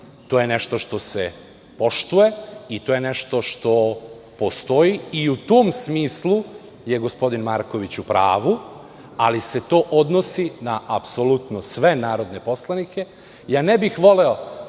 to je nešto što se poštuje i to je nešto što postoji i u tom smislu je gospodin Marković u pravu, ali se to odnosi na apsolutno sve narodne poslanike. Ne bih voleo